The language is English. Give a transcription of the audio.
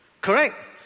Correct